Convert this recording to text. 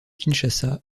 kinshasa